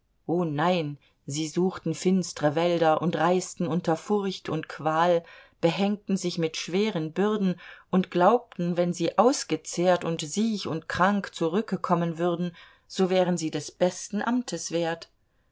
o nein sie suchten finstre wälder und reisten unter furcht und qual behängten sich mit schweren bürden und glaubten wenn sie ausgezehrt und siech und krank zurückekommen würden so wären sie des besten amtes wert